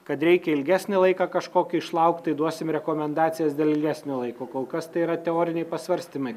kad reikia ilgesnį laiką kažkokį išlaukt tai duosim rekomendacijas dėl ilgesnio laiko kol kas tai yra teoriniai pasvarstymai